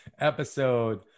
episode